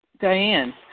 Diane